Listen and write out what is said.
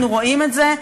אנחנו רואים את זה,